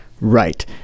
Right